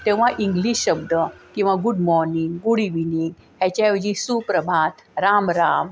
तेव्हा इंग्लिश शब्द किंवा गुड मॉर्निंग गुड इव्हनिंग ह्याच्याऐवजी सुप्रभात रामराम